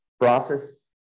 process